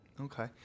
Okay